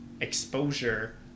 exposure